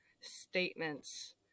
statements